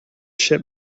ship